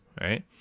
right